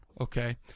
Okay